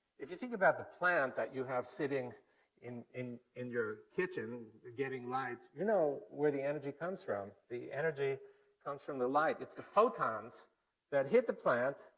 if you think about the plant that you have sitting in in your kitchen, you're getting light, you know where the energy comes from, the energy comes from the light. it's the photons that hit the plant,